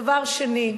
דבר שני,